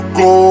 go